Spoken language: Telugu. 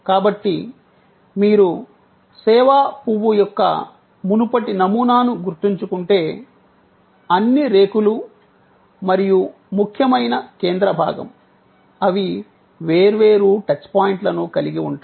కాబట్టి మీరు సేవా పువ్వు యొక్క మునుపటి నమూనాను గుర్తుంచుకుంటే అన్ని రేకులు మరియు ముఖ్యమైన కేంద్ర భాగం అవి వేర్వేరు టచ్ పాయింట్లను కలిగి ఉంటాయి